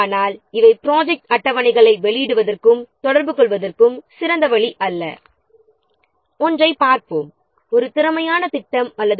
ஆனால் இவை ப்ராஜெக்ட் அட்டவணைகளை வெளியிடுவதற்கும் தொடர்புகொள்வதற்கும் சிறந்த வழி அல்ல